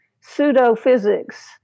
pseudo-physics